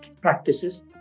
practices